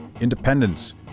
independence